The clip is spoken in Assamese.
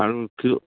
আৰু কিয়